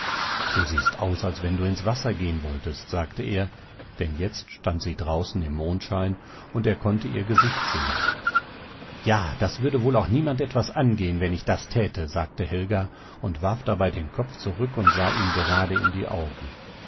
du siehst aus als wenn du ins wasser gehen wolltest sagte er denn jetzt stand sie draußen im mondschein und er konnte ihr gesicht sehen ja das würde wohl auch niemand etwas angehen wenn ich das täte sagte helga und warf dabei den kopf zurück und sah ihm gerade in die augen